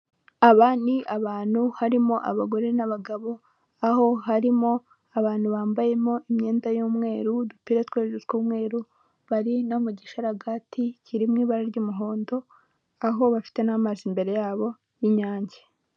Aba ni abantu harimo abagore n'abagabo aho harimo abantu bambayemo imyenda y'umweru, udupira two hejuru t'umweru, bari no mu gisharagari kirimo ibara ry'umuhondo aho bafite n'amazi imbere yabo y'inyange.